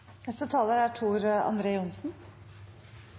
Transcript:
Neste talar er